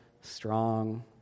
strong